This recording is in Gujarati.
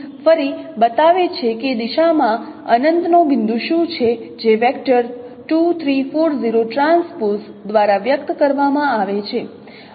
ફરી આ બતાવે છે કે દિશામાં અનંતનો બિંદુ શું છે જે વેક્ટર દ્વારા વ્યક્ત કરવામાં આવે છે